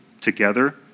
together